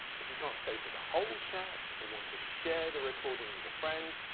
if you can't stay for the whole chat, or want to share the recording with a friend,